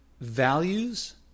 values